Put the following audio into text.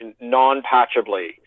non-patchably